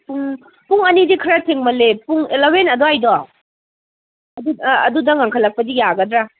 ꯄꯨꯡ ꯄꯨꯡ ꯑꯅꯤꯗꯤ ꯈꯔ ꯊꯦꯡꯃꯜꯂꯦ ꯄꯨꯡ ꯑꯦꯂꯕꯦꯟ ꯑꯗꯨꯋꯥꯏꯗꯣ ꯑꯗꯨꯗ ꯉꯟꯈꯠꯂꯛꯄꯗꯤ ꯌꯥꯒꯗ꯭ꯔꯥ